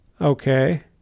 okay